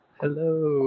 hello